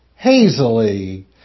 hazily